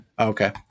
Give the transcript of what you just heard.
Okay